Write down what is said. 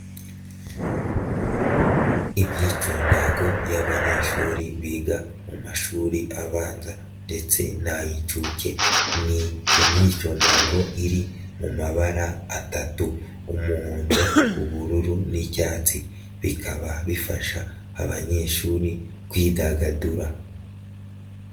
Imyitondago y'abanyeshuri biga mu mashuri abanza ndetse n'ay'inshuke, ni imyicundantago iri mu mabara atatu, umuhondo, ubururu n'icyatsi, bikaba bifasha abanyeshuri kwidagadura.